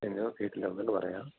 എന്തോ കേട്ടില്ല ഒന്നും കൂടെ പറയാമോ